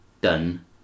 done